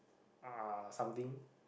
uh something